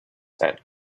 said